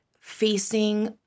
facing